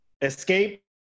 Escape